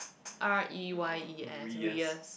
R E Y U_S reyus